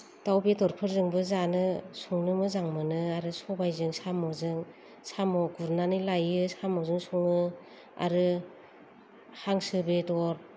दाउ बेदरफोरजोंबो जानो संनो मोजां मोनो आरो सबायजों साम'जों साम' गुरनानै लायो साम'जों सङो आरो हांसो बेदर